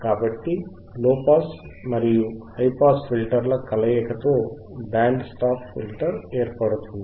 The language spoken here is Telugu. కాబట్టి లోపాస్ మరియు హైపాస్ ఫిల్టర్ ల కలయికతో బ్యాండ్ స్టాప్ ఫిల్టర్ ఏర్పడుతుంది